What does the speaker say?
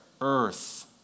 earth